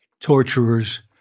Torturers